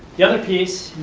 the other piece.